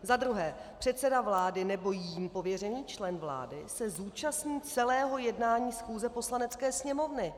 Za druhé, předseda vlády nebo jím pověřený člen vlády se zúčastní celého jednání schůze Poslanecké sněmovny.